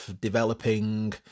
developing